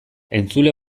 entzule